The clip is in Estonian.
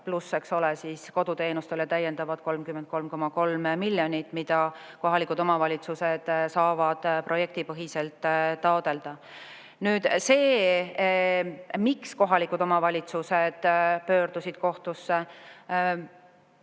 Pluss see, et koduteenused saavad täiendavalt 33,3 miljonit, mida kohalikud omavalitsused saavad projektipõhiselt taotleda. Nüüd see, miks kohalikud omavalitsused pöördusid kohtusse.